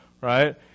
Right